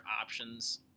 options